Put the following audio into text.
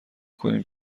کنیم